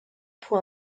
pour